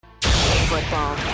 Football